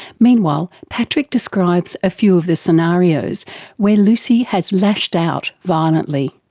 meanwhile, patrick describes a few of the scenarios where lucy has lashed out violently.